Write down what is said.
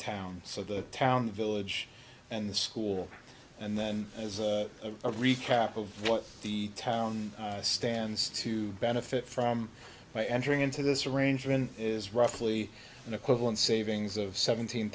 town so the town village and the school and then as a recap of what the town stands to benefit from by entering into this arrangement is roughly an equivalent savings of seventeen